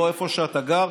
לא איפה שאתה גר,